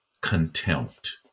contempt